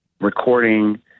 recording